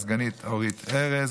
הסגנית אורית ארז,